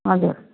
हजुर